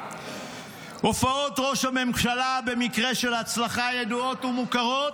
הופעות ראש הממשלה במקרה של הצלחה ידועות ומוכרות: